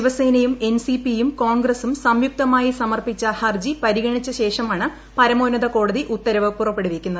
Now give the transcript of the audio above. ശിവസേനയും എൻ സി പിയും കോൺഗ്രസും സംയുക്തമായി സമർപ്പിച്ച ഹർജി പരിഗണിച്ച ശേഷമാണ് പരമോന്നത കോടതി ഉത്തരവ് പുറപ്പെടുവിക്കുന്നത്